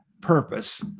purpose